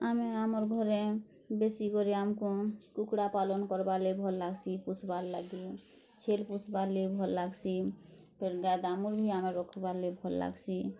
ଆମେ ଆମର୍ ଘରେ ବେଶୀ କରି ଆମ୍କୁ କୁକୁଡ଼ା ପାଲନ୍ କର୍ବାର୍ ଲାଗି ଭଲ୍ ଲାଗ୍ସି ପୋଷ୍ବାର୍ ଲାଗି ଛେଲ୍ ପୋଷ୍ବାର୍ ଲାଗି ଭଲ୍ ଲାଗ୍ସି ଫେର୍ ଗାଈ ଦାମୁର୍ ବି ଆମେ ରଖ୍ବାର୍ ଲାଗି ଭଲ୍ ଲାଗ୍ସି